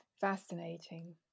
Fascinating